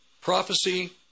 Prophecy